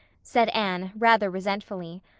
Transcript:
said anne, rather resentfully.